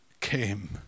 came